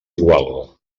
igual